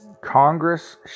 Congress